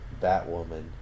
Batwoman